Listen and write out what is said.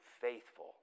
faithful